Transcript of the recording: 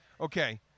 Okay